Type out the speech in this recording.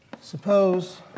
Suppose